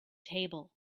table